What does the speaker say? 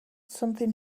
something